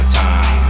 time